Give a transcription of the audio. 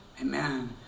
Amen